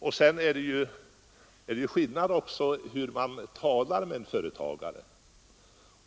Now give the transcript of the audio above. Vidare är det ju skillnad på hur man talar med en företagare.